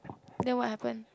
then what happen